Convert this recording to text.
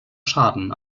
schaden